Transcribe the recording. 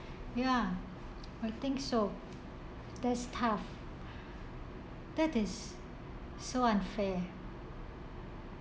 ya I think so that's tough that is so unfair